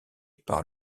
par